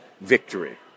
victory